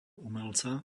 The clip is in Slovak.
umelca